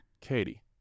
Katie